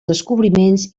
descobriments